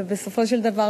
ובסופו של דבר,